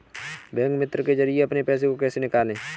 Bank मित्र के जरिए अपने पैसे को कैसे निकालें?